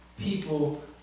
people